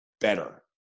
better